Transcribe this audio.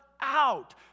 out